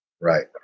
Right